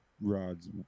Rod's